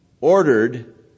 ordered